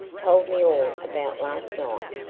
told me all about last night,